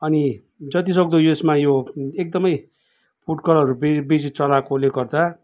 अनि जतिसक्दो यसमा यो एकदमै फुड कलरहरू बे बेसी चलाएकोले गर्दा